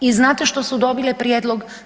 I znate što su dobile prijedlog?